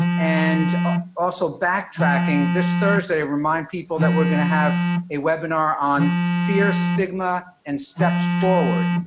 and also backtracking, this thursday, remind people that we're gonna have a webinar on fear, stigma, and steps forward,